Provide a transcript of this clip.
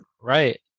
right